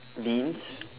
beans